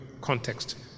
context